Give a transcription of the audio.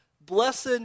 blessed